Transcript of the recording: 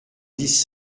dix